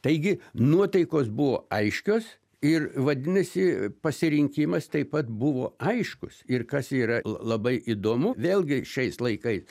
taigi nuotaikos buvo aiškios ir vadinasi pasirinkimas taip pat buvo aiškus ir kas yra labai įdomu vėlgi šiais laikais